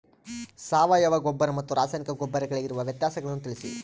ಸಾವಯವ ಗೊಬ್ಬರ ಮತ್ತು ರಾಸಾಯನಿಕ ಗೊಬ್ಬರಗಳಿಗಿರುವ ವ್ಯತ್ಯಾಸಗಳನ್ನು ತಿಳಿಸಿ?